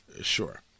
sure